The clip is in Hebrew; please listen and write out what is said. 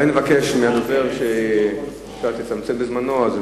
אולי נבקש מהדובר שקצת יצמצם בזמנו.